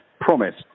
promise